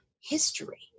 history